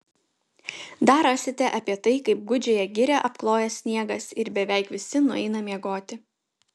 dar rasite apie tai kaip gūdžiąją girią apkloja sniegas ir beveik visi nueina miegoti